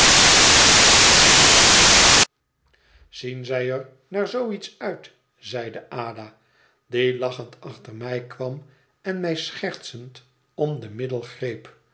zien zij er naar zoo iets uit zeide ada die lachend achter mij kwam en mij schertsend om de middel